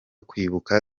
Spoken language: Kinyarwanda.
kwibuka